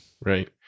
Right